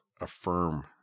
affirm